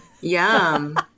yum